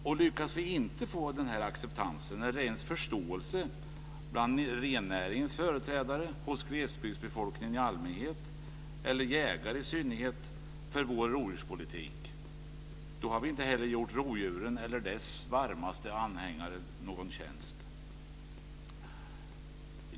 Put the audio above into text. Och lyckas vi inte få denna acceptans eller ens förståelse bland rennäringens företrädare, hos glesbygdsbefolkningen i allmänhet eller hos i synnerhet jägare för vår rovdjurspolitik, då har vi inte heller gjort rovdjuren eller deras varmaste anhängare någon tjänst. Fru talman!